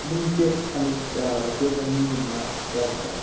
ꯑꯗꯨꯝ ꯕꯦꯒ ꯑꯂꯨ ꯕꯦꯒ ꯑꯅꯤꯒꯨꯝꯕ ꯑꯗꯨꯋꯥꯏꯒꯤ ꯆꯥꯡ